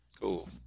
Cool